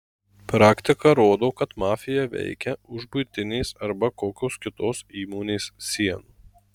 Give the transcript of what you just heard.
praktika rodo kad mafija veikia už buitinės arba kokios kitos įmonės sienų